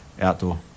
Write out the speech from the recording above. outdoor